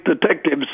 detectives